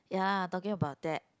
ya talking about that